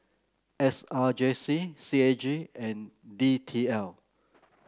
S R J C C A G and D T L